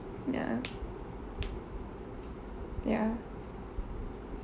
ya ya